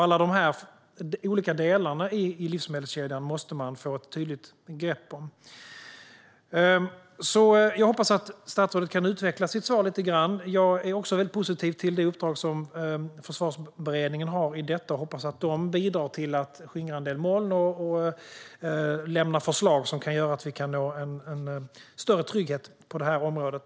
Alla dessa olika delar i livsmedelskedjan måste man få ett tydligt grepp om. Jag hoppas därför att statsrådet kan utveckla sitt svar lite grann. Jag är också väldigt positiv till det uppdrag som Försvarsberedningen har i detta och hoppas att de kan bidra till att skingra en del moln och lämna förslag som gör att vi kan nå en större trygghet på det här området.